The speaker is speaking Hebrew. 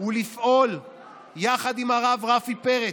הוא לפעול יחד עם הרב רפי פרץ,